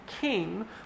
king